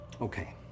Okay